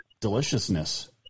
deliciousness